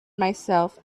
myself